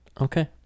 okay